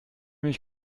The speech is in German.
mich